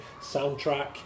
Soundtrack